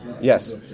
Yes